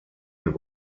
and